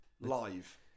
Live